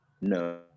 No